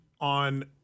on